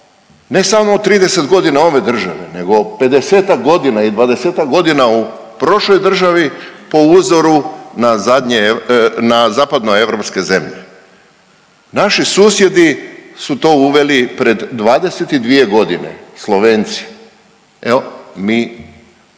ne samo 30.g. ove države nego 50-tak godina i 20-tak godina u prošloj državi po uzoru na zapadnoeuropske zemlje. Naši susjedi su to uveli pred 22.g. Slovenci, evo mi,